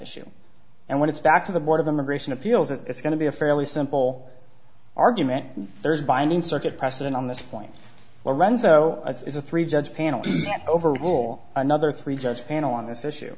issue and when it's back to the board of immigration appeals it's going to be a fairly simple argument there's binding circuit precedent on this point or run so it's a three judge panel overrule another three judge panel on this issue